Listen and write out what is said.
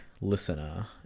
listener